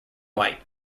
white